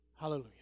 hallelujah